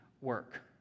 work